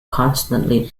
constantly